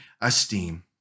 esteem